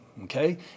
okay